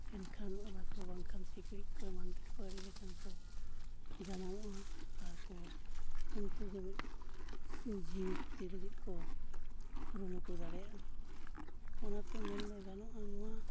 ᱮᱱᱠᱷᱟᱱ ᱚᱱᱟᱠᱚ ᱵᱟᱝᱠᱷᱟᱱ ᱥᱤᱠᱲᱤᱡ ᱠᱚ ᱮᱢᱟᱱᱛᱮᱫ ᱠᱚ ᱟᱹᱰᱤᱞᱮᱠᱟᱱ ᱠᱚ ᱡᱟᱱᱟᱢᱚᱜᱼᱟ ᱟᱨ ᱠᱚ ᱩᱱᱠᱩᱜᱮ ᱢᱤᱫ ᱥᱤ ᱡᱤᱣᱤ ᱠᱷᱚᱛᱤ ᱞᱟᱹᱜᱤᱫ ᱠᱚ ᱠᱩᱨᱩᱢᱩᱴᱩ ᱫᱟᱲᱮᱭᱟᱜᱼᱟ ᱚᱱᱟᱛᱮ ᱢᱮᱱ ᱫᱚ ᱜᱟᱱᱚᱜᱼᱟ ᱱᱚᱣᱟ